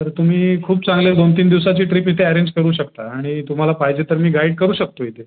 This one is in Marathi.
तर तुम्ही खूप चांगले दोन तीन दिवसाची ट्रीप इथे अरेंज करू शकता आणि तुम्हाला पाहिजे तर मी गाईड करू शकतो इथे